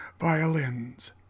violins